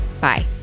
Bye